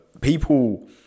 people